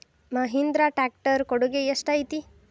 Mahindra tractor ಕೊಡುಗೆ ಎಷ್ಟು ಐತಿ?